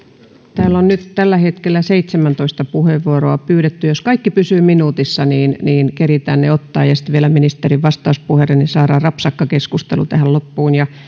täällä on nyt tällä hetkellä seitsemäntoista puheenvuoroa pyydetty jos kaikki pysyvät minuutissa niin niin keritään ne ottaa sitten vielä ministerin vastauspuheenvuoro niin saadaan rapsakka keskustelu tähän loppuun ja